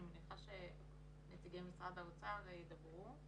אני מניחה שנציגי משרד האוצר ידברו.